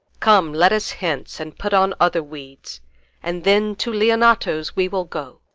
come, let us hence, and put on other weeds and then to leonato's we will go.